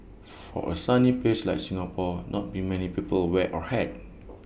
for A sunny place like Singapore not be many people wear A hat